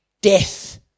Death